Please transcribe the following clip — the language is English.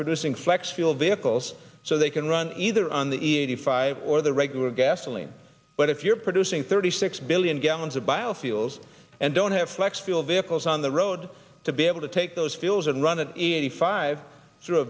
fuel vehicles so they can run either on the eighty five or the regular gasoline but if you're producing thirty six billion gallons of biofuels and don't have flex fuel vehicles on the road to be able to take those skills and run an eighty five through a